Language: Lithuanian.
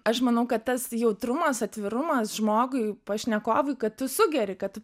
aš manau kad tas jautrumas atvirumas žmogui pašnekovui kad tu sugeri kad tu